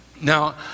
Now